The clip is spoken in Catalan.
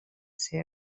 ser